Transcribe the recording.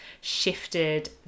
shifted